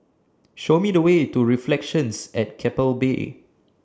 Show Me The Way to Reflections At Keppel Bay